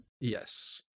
Yes